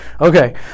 Okay